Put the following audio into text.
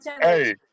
Hey